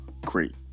great